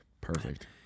Perfect